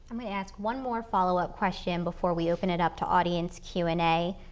me ask one more follow-up question before we open it up to audience q and a.